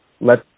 let